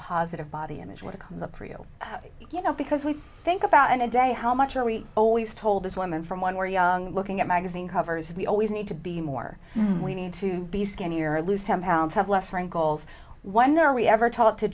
positive body image what comes up for you you know because we think about in a day how much are we always told as women from one where young looking at magazine covers we always need to be more we need to be skinny or lose ten pounds have less wrinkles wonder are we ever taught to